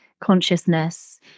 consciousness